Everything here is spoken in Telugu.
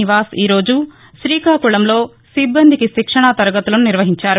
నివాస్ ఈరోజు శ్రీకాకుళంలో సిబ్బందికి శిక్షణా తరగతులను నిర్వహించారు